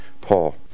Paul